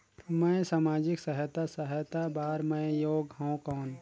मैं समाजिक सहायता सहायता बार मैं योग हवं कौन?